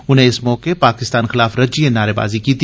उनें इस मौके पाकिस्तान खलाफ रज्जियै नारेबाजी कीती